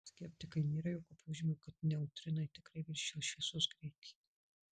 skeptikai nėra jokio požymio kad neutrinai tikrai viršijo šviesos greitį